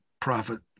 prophet